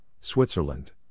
Switzerland